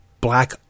black